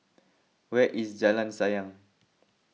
where is Jalan Sayang